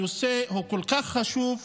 הנושא הוא כל כך חשוב,